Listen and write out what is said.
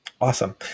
Awesome